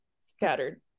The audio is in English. scattered